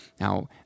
Now